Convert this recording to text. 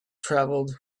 travelled